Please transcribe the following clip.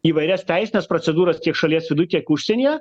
įvairias teisines procedūras tiek šalies viduj tiek užsienyje